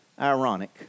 ironic